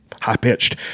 high-pitched